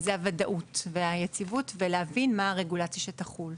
זה הוודאות והיציבות; להבין מהי הרגולציה שתחול.